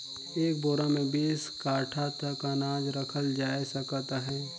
एक बोरा मे बीस काठा तक अनाज रखल जाए सकत अहे